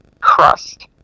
crust